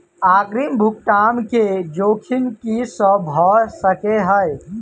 अग्रिम भुगतान केँ जोखिम की सब भऽ सकै हय?